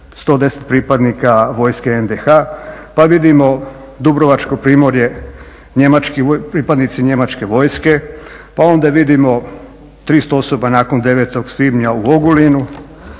110 pripadnika vojske NDH, pa vidimo dubrovačko primorje, pripadnici njemačke vojske, pa onda vidimo 300 osoba nakon 9. svibnja u Ogulinu,